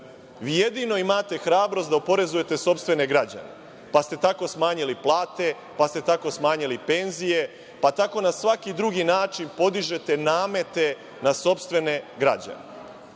Vi jedino imate hrabrost da oporezujete sopstvene građane, pa ste tako smanjili plate, pa ste tako smanjili penzije, pa tako na svaki drugi način podižete namete na sopstvene građane.